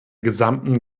gesamten